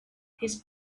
his